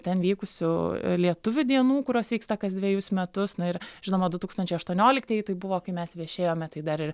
ten vykusių lietuvių dienų kurios vyksta kas dvejus metus na ir žinoma du tūkstančiai aštuonioliktieji tai buvo kai mes viešėjome tai dar ir